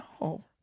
No